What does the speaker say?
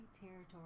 territory